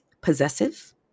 possessive